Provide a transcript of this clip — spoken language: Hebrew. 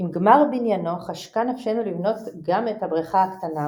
"עם גמר בניינו חשקה נפשנו לבנות גם את הבריכה הקטנה,